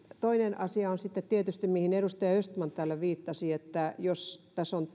toinen asia on sitten tietysti se mihin edustaja östman täällä viittasi että jos tässä on